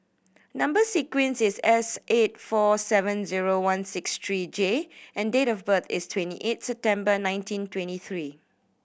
number sequence is S eight four seven zero one six three J and date of birth is twenty eight September nineteen twenty three